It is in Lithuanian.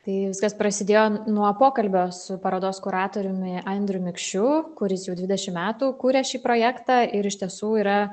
tai viskas prasidėjo nuo pokalbio su parodos kuratoriumi andrium mikšiu kuris jau dvidešim metų kuria šį projektą ir iš tiesų yra